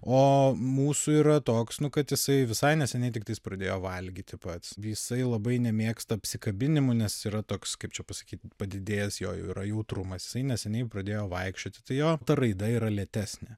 o mūsų yra toks nu kad jisai visai neseniai tiktais pradėjo valgyti pats jisai labai nemėgsta apsikabinimų nes yra toks kaip čia pasakyt padidėjęs jo yra jautrumas jisai neseniai pradėjo vaikščioti tai jo raida yra lėtesnė